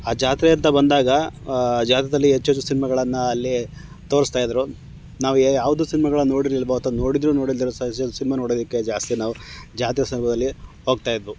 ಆ ಜಾತ್ರೆ ಅಂತ ಬಂದಾಗ ಆ ಜಾತ್ರೆಯಲ್ಲಿ ಹೆಚ್ಚು ಹೆಚ್ಚು ಸಿನ್ಮಗಳನ್ನು ಅಲ್ಲಿ ತೋರಿಸ್ತಾಯಿದ್ರು ನಾವು ಯಾವುದು ಸಿನ್ಮಗಳನ್ನು ನೋಡಿರಲಿಲ್ವೊ ಅಥ್ವಾ ನೋಡಿದರು ನೋಡಿಲ್ಲದಿರೊ ಸಿನ್ಮ ನೋಡೋದಕ್ಕೆ ಜಾಸ್ತಿ ನಾವು ಜಾತ್ರೆ ಸಮಯದಲ್ಲಿ ಹೋಗ್ತಾಯಿದ್ವು